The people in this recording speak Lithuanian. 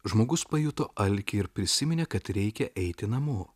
žmogus pajuto alkį ir prisiminė kad reikia eiti namo